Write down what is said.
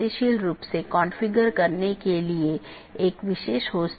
इन साथियों के बीच BGP पैकेट द्वारा राउटिंग जानकारी का आदान प्रदान किया जाना आवश्यक है